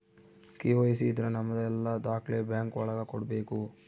KYC ಇದ್ರ ನಮದೆಲ್ಲ ದಾಖ್ಲೆ ಬ್ಯಾಂಕ್ ಒಳಗ ಕೊಡ್ಬೇಕು